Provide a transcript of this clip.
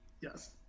yes